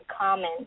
comment